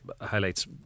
highlights